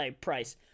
price